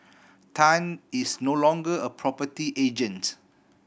tan is no longer a property agent